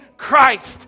Christ